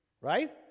right